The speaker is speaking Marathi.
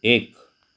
एक